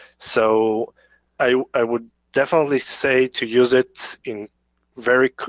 so i would definitely say to use it in very